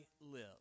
live